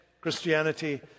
Christianity